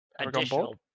additional